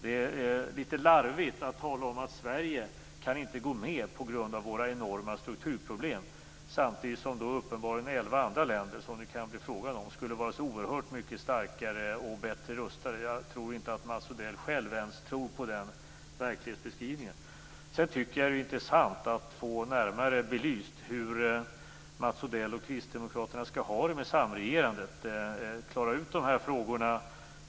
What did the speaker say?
Det är litet larvigt att säga att Sverige inte kan gå med på grund av våra enorma strukturproblem, samtidigt som uppenbarligen elva andra länder som det kan bli fråga om skulle vara så oerhört mycket starkare och bättre rustade. Jag tror inte ens att Mats Odell själv tror på den verklighetsbeskrivningen. Sedan vore det intressant att få närmare belyst hur Mats Odell och kristdemokraterna skall ha det med samregerandet och hur man tänker klara ut dessa frågor.